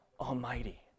Almighty